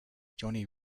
johnny